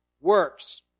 works